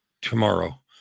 tomorrow